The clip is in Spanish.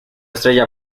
estrella